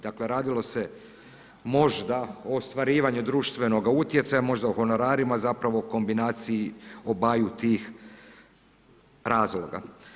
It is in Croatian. Dakle radilo se možda o ostvarivanju društvenog utjecaja, možda o honorarima zapravo kombinaciji obaju tih razloga.